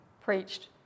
preached